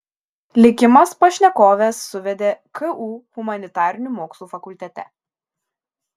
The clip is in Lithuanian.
likimas pašnekoves suvedė ku humanitarinių mokslų fakultete